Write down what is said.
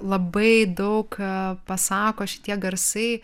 labai daug pasako šitie garsai